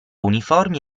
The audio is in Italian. uniformi